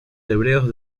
hebreos